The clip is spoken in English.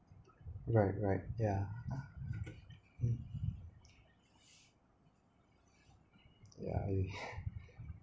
right right yeah yeah